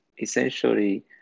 essentially